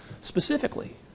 specifically